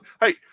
Hey